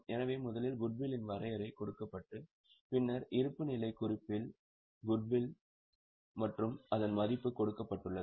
எனவே முதலில் குட்வில்லின் வரையறை கொடுக்கப்பட்டு பின்னர் இருப்புநிலைக் குறிப்பில் குட் வில் மற்றும் அதன் மதிப்பு கொடுக்கப்பட்டுள்ளது